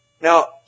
Now